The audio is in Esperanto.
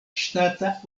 ŝtata